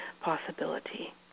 possibility